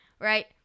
right